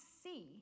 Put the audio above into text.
see